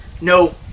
no